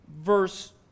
verse